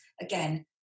again